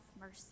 mercy